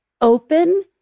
open